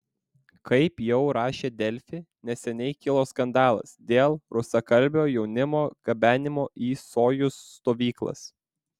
kaip jau rašė delfi neseniai kilo skandalas dėl rusakalbio jaunimo gabenimo į sojuz stovyklas